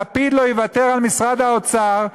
לפיד לא יוותר על משרד האוצר.